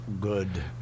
Good